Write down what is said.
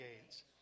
gates